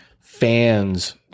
fans